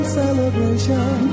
celebration